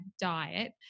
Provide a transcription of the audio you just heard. diet